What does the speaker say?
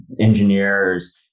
engineers